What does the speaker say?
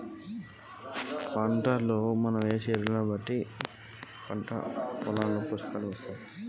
ఎట్లాంటి ఎరువుల వల్ల మొక్కలలో ఎట్లాంటి పోషకాలు వత్తయ్?